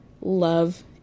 love